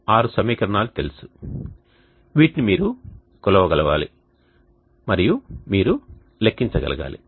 6 సమీకరణాలు తెలుసు మీరు కొలవగలగాలి మరియు మీరు లెక్కించగలగాలి